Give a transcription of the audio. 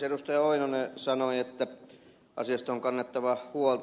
lauri oinonen sanoi että asiasta on kannettava huolta